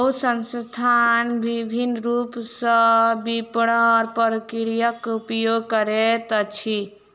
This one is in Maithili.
बहुत संस्थान विभिन्न रूप सॅ विपरण प्रक्रियाक उपयोग करैत अछि